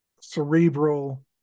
cerebral